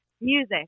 music